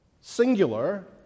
singular